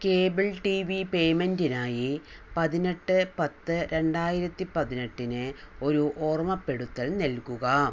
cable T V പേയ്മെൻറ്റിനായി പതിനെട്ട് പത്ത് രണ്ടായിരത്തി പതിനെട്ടിന് ഒരു ഓർമ്മപ്പെടുത്തൽ നൽകുക